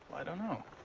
i don't know.